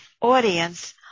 audience